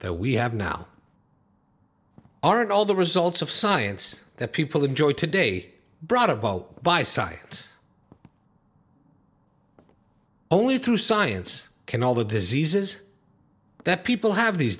that we have now are all the results of science that people enjoy today brought about by science only through science can all the diseases that people have these